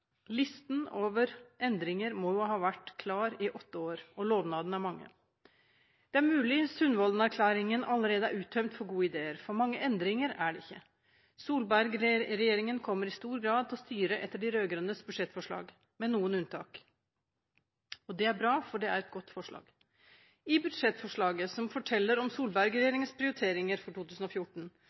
Listen over endringer må ha vært klar i åtte år, og lovnadene er mange. Det er mulig at Sundvolden-erklæringen allerede er uttømt for gode ideer, for mange endringer er det ikke. Solberg-regjeringen kommer i stor grad til å styre etter de rød-grønnes budsjettforslag, med noen unntak. Det er bra, for det er et godt forslag. I budsjettforslaget, som forteller om Solberg-regjeringens prioriteringer for 2014,